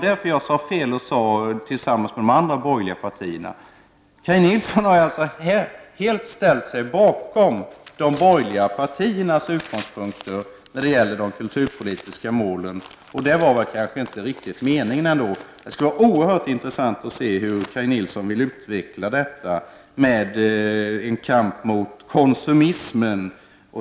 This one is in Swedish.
Kaj Nilsson har alltså här helt ställt sig bakom de borgerliga partiernas utgångspunkter när det gäller de kulturpolitiska målen. Det var kanske inte riktigt meningen. Det skulle vara oerhört intressant att höra hur Kaj Nilsson vill utveckla detta om kampen mot konsumismen.